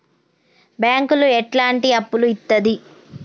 బ్యాంకులు ఎట్లాంటి అప్పులు ఇత్తది?